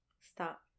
Stop